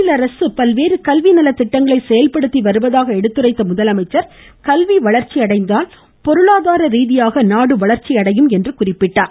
மாநில அரசு பல்வேறு கல்வி நலத்திட்டங்களை செயல்படுத்தி வருவதாக சுட்டிக்காட்டிய அவர் கல்வி வளாச்சியடைந்தால் பொருளாதார ரீதியாக நாடு வளர்ச்சியடையும் என்றார்